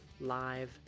live